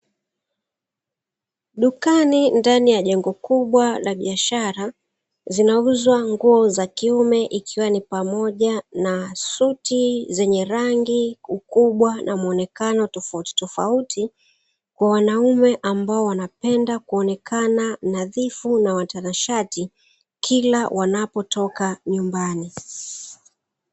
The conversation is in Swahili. Dukani ndani ya jengo la biashara zinauzwa nguo za kiume ikiwa ni pamoja na suti zenye rangi, ukubwa na muonekano tofauti tofauti kwa wanaume ambao wanapenda kuonekana nadhifu na watanashati kila wanapotoka nyumbani.